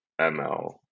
ML